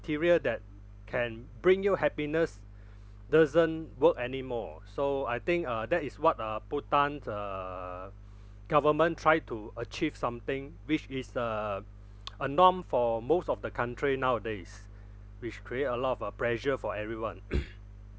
material that can bring you happiness doesn't work anymore so I think uh that is what uh bhutan uh government try to achieve something which is uh a norm for most of the country nowadays which create a lot of pressure for everyone